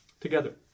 together